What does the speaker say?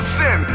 sin